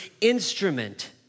instrument